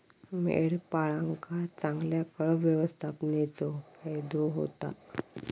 मेंढपाळांका चांगल्या कळप व्यवस्थापनेचो फायदो होता